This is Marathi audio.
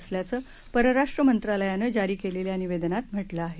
असल्याचं परराष्ट्र मंत्रालयानं जारी केलेल्या निवेदनांत म्हटलं आहे